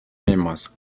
famous